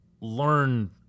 learn